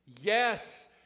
Yes